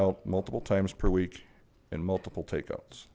out multiple times per week in multiple take outs